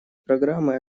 программы